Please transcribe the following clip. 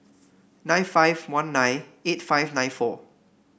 nine five one nine eight five nine four